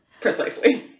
Precisely